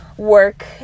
work